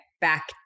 back